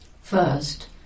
first